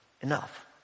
Enough